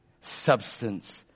Substance